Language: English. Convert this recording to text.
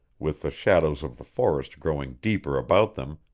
with the shadows of the forest growing deeper about them,